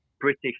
British